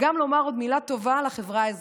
אני אומר עוד מילה טובה לחברה האזרחית,